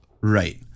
Right